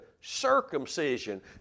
circumcision